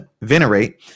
Venerate